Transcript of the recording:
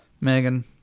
Megan